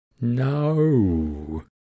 no